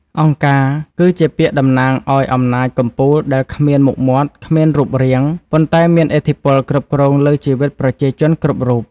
«អង្គការ» គឺជាពាក្យតំណាងឱ្យអំណាចកំពូលដែលគ្មានមុខមាត់ គ្មានរូបរាង ប៉ុន្តែមានឥទ្ធិពលគ្រប់គ្រងលើជីវិតប្រជាជនគ្រប់រូប។